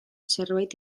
zerbait